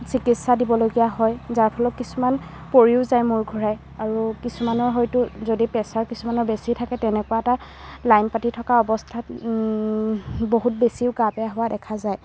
চিকিৎসা দিব লগীয়া হয় যাৰ ফলত কিছুমান পৰিও যায় মূৰ ঘূৰাই আৰু কিছুমানৰ হয়তো যদি প্ৰেছাৰ যদি কিছুমানৰ বেছি থাকে তেনেকুৱা এটা লাইন পাতি থকা অৱস্থাত বহুত বেছিও গা বেয়া হোৱা দেখা যায়